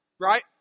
right